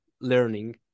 learning